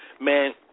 Man